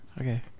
Okay